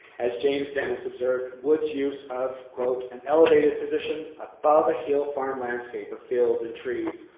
as james dennis observed, wood's use of, quote, an elevated position above a hill farm landscape of fields and trees,